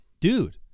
dude